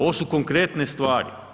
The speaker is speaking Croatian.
Ovo su konkretne stvari.